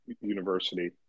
University